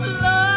love